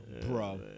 bro